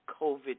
COVID